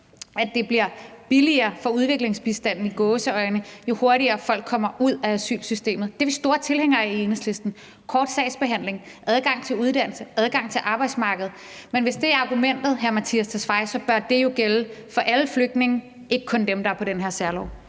– bliver billigere i forhold til udviklingsbistanden, jo hurtigere folk kommer ud af asylsystemet. Det er vi store tilhængere af i Enhedslisten, altså af kort sagsbehandling, adgang til uddannelse og adgang til arbejdsmarkedet, men hvis det er argumentet, hr. Mattias Tesfaye, bør det jo gælde for alle flygtninge og ikke kun dem, der er på den her særlov.